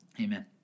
amen